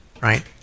right